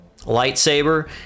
lightsaber